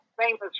famous